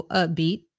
upbeat